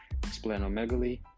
splenomegaly